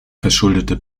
verschuldete